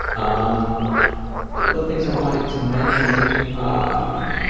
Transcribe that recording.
um couple of things i wanted to mention um